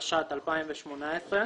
התשע"ט-2018.